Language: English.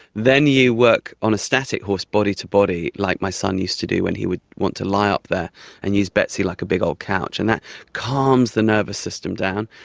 then you work on a static horse body-to-body, like my son used to do when he would want to lie up there and use betsy like a big old couch, and that calms the nervous system down.